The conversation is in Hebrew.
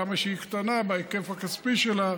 כמה שהיא קטנה בהיקף הכספי שלה,